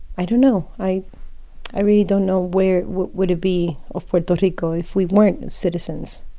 i don't know. i i really don't know where would it be of puerto rico if we weren't citizens.